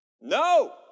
No